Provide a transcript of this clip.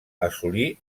assolí